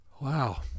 Wow